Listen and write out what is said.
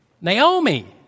Naomi